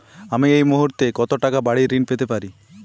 আমি এই মুহূর্তে কত টাকা বাড়ীর ঋণ পেতে পারি?